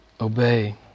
obey